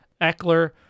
Eckler